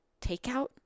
Takeout